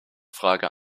frage